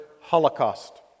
holocaust